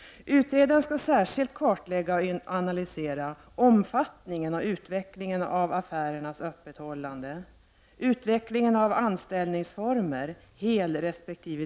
Utredaren skall särskilt kartlägga och analysera omfattningen och utvecklingen av affärernas öppethållande, utvecklingen av anställningsformer, helresp.